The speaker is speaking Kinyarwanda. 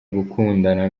gukundana